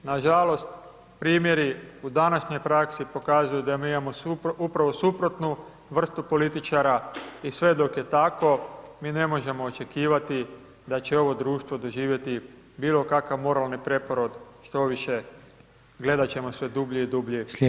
Nažalost, primjeri u današnjoj praksi pokazuju da mi imamo upravo suprotnu vrstu političara i sve dok je tako mi ne možemo očekivati da će ovo društvo doživjeti bilo kakav moralni preporod, štoviše, gledat ćemo sve dublje i dublje [[Upadica: Slijedeća replika…]] u moralni pad.